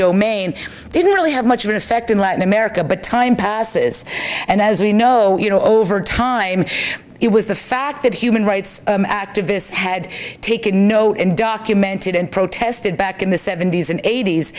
domain didn't really have much of an effect in latin america but time passes and as we know you know over time it was the fact that human rights activists had taken note and documented and protested back in the seventy's and eight